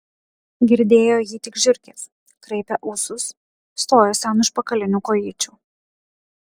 girdėjo jį tik žiurkės kraipė ūsus stojosi ant užpakalinių kojyčių